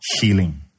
healing